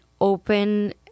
open